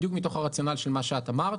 בדיוק מתוך הרציונל של מה שאת אמרת,